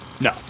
No